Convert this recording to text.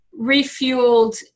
refueled